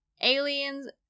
aliens